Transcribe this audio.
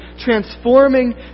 transforming